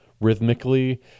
rhythmically